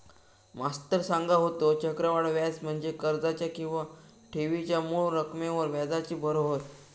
मास्तर सांगा होतो, चक्रवाढ व्याज म्हणजे कर्जाच्या किंवा ठेवीच्या मूळ रकमेवर व्याजाची भर होय